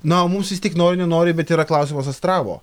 na o mums vis tik nori nenori bet yra klausimas astravo